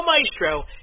Maestro